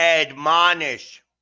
Admonish